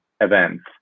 events